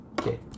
okay